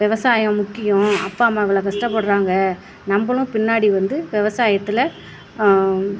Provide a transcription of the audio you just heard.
விவசாயம் முக்கியம் அப்பா அம்மா எவ்வளோ கஷ்டப்பட்றாங்க நம்மளும் பின்னாடி வந்து விவசாயத்துல